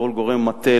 כל גורם מטה,